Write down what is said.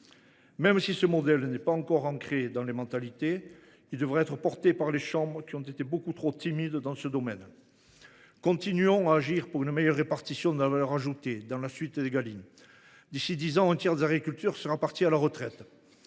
Même si ce modèle n’est pas encore ancré dans les mentalités, il devra être porté par les chambres, qui ont été beaucoup trop timides dans ce domaine. Continuons à agir pour une meilleure répartition de la valeur ajoutée, dans la suite d’Égalim ! D’ici à dix ans, un tiers des agriculteurs sera parti à la retraite.